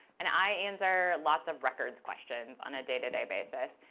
and i answer lots of records questions on a day-to-day basis.